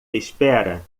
espera